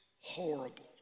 horrible